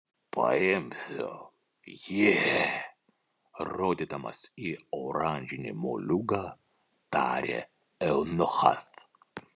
paimsiu jį rodydamas į oranžinį moliūgą tarė eunuchas